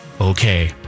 Okay